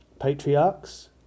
Patriarchs